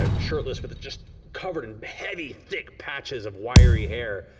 ah shirtless but just covered in heavy, thick patches of wiry hair,